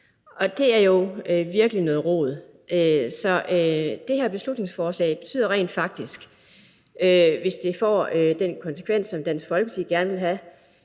og det er jo virkelig noget rod. Det her beslutningsforslag betyder rent faktisk, hvis det får den konsekvens, som Dansk Folkeparti gerne vil have,